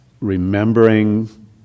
remembering